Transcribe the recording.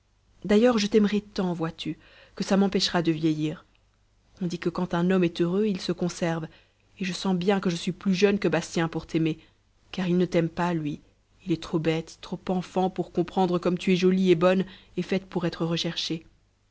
d'ailleurs je t'aimerai tant vois-tu que ça m'empêchera de vieillir on dit que quand un homme est heureux il se conserve et je sens bien que je suis plus jeune que bastien pour t'aimer car il ne t'aime pas lui il est trop bête trop enfant pour comprendre comme tu es jolie et bonne et faite pour être recherchée